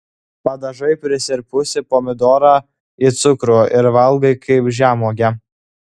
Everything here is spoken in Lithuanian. padažai prisirpusį pomidorą į cukrų ir valgai kaip žemuogę